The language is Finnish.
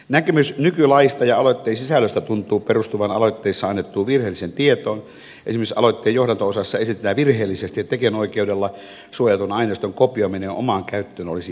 näkemys nykylaista ja aloitteen sisällöstä tuntuu perustuvan aloitteessa annettuun virheelliseen tietoon esimerkiksi aloitteen johdanto osassa esitetään virheellisesti että tekijänoikeudella suojatun aineiston kopioiminen omaan käyttöön olisi rangaistavaa